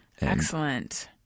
Excellent